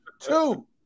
Two